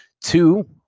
two